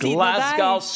Glasgow